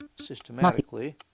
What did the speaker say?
systematically